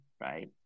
right